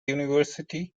university